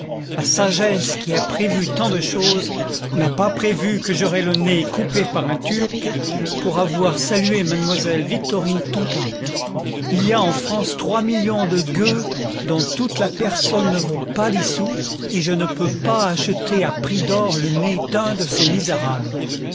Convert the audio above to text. la sagesse qui a prévu tant de choses n'a pas prévu que j'aurais le nez coupé par un turc pour avoir salué mademoiselle victorine tompain il y a en france trois millions de gueux dont toute la personne ne vaut pas dix sous et je ne peux pas acheter à prix d'or le nez d'un de ces misérables